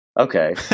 okay